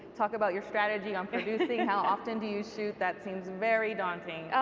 talk about your strategy on producing. how often do you shoot? that seems very daunting.